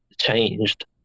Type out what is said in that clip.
changed